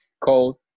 called